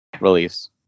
release